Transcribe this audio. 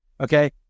okay